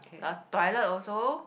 the toilet also